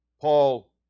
Paul